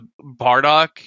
Bardock